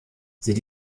sind